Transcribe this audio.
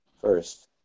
first